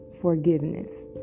forgiveness